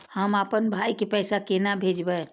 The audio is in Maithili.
हम आपन भाई के पैसा केना भेजबे?